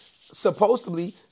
supposedly